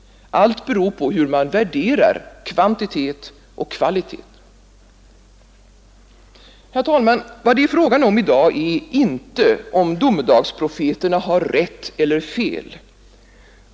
Allt beror på hur man värderar kvantitet och kvalitet. Herr talman! Vad det är fråga om i dag är inte om domedagsprofeterna har rätt eller fel.